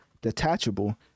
detachable